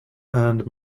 and